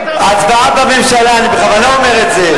ההצבעה בממשלה, אני בכוונה אומר את זה.